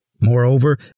Moreover